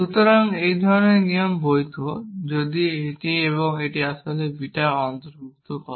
সুতরাং এই ধরনের নিয়ম বৈধ যদি এটি এবং এটি আসলে বিটা অন্তর্ভুক্ত করে